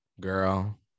Girl